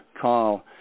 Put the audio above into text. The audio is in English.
call